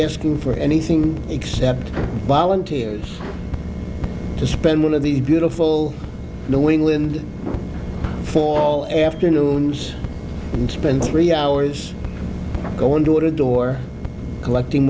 asking for anything except volunteers to spend one of these beautiful new england for all afternoons and spend three hours going door to door collecting